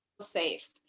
safe